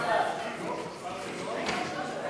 והיושב-ראש לא נתן לי,